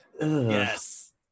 Yes